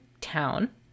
town